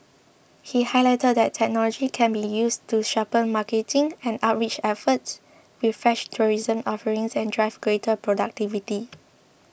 he highlighted that technology can be used to sharpen marketing and outreach efforts refresh tourism offerings and drive greater productivity